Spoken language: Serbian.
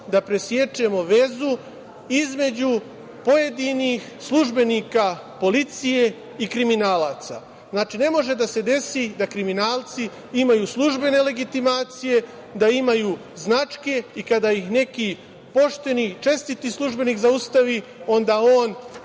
da presečemo vezu između pojedinih službenika policije i kriminalaca. Ne može da se desi da kriminalci imaju službene legitimacije, da imaju značke i kada ih neki pošteni i čestiti službenik zaustavi, onda on